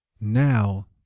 now